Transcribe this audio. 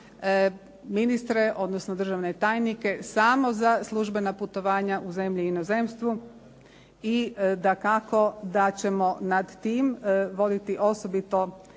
ministre, odnosno državne tajnike, samo za službena putovanja u zemlji i inozemstvu i dakako da ćemo nad tim voditi osobito